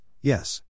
yes